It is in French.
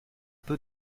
peu